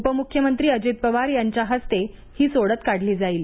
उपमुख्यमंत्री अजित पवार यांच्या हस्ते ही सोडत काढली जाईल